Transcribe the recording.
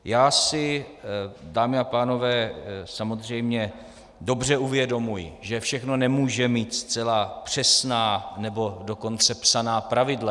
Já si, dámy a pánové, samozřejmě dobře uvědomuji, že všechno nemůže mít zcela přesná, nebo dokonce psaná pravidla.